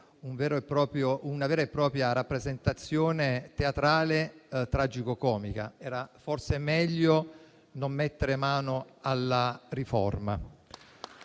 una vera e propria rappresentazione teatrale tragico-comica. Sarebbe stato forse meglio non mettere mano alla riforma.